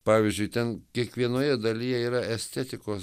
pavyzdžiui ten kiekvienoje dalyje yra estetikos